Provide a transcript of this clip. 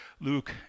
Luke